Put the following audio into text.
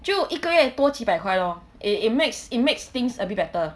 就一个月多几百块 lor it it makes it makes things a bit better